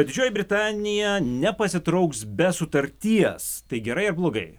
didžioji britanija nepasitrauks be sutarties tai gerai ar blogai